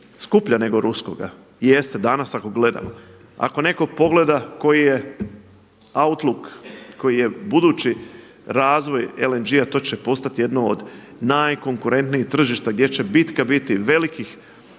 nego ruskoga. Jeste danas ako gledamo. Ako netko pogleda koji je outlook, koji je budući razvoj LNG-a to će postati jedno od najkonkurentnijih tržišta gdje će bitka biti velikih.